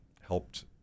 Helped